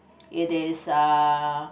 it is err